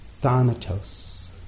thanatos